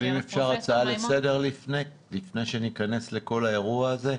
אם אפשר הצעה לסדר לפני שניכנס לכל האירוע הזה.